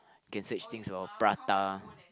you can search things or Prata